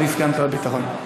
אדוני סגן שר הביטחון.